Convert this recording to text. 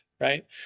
Right